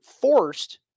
forced